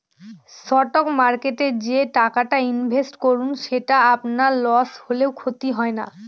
stock মার্কেটে যে টাকাটা ইনভেস্ট করুন সেটা আপনার লস হলেও ক্ষতি হয় না